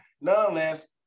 Nonetheless